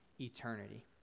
eternity